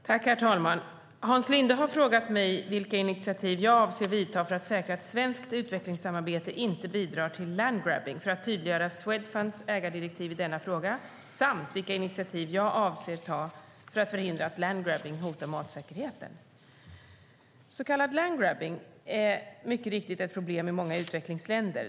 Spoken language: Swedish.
Herr talman! Hans Linde har frågat mig vilka initiativ jag avser att ta för att säkra att svenskt utvecklingssamarbete inte bidrar till landgrabbing, för att tydliggöra Swedfunds ägardirektiv i denna fråga samt vilka initiativ jag avser att ta för att förhindra att landgrabbing hotar matsäkerheten. Så kallad landgrabbing är mycket riktigt ett problem i många utvecklingsländer.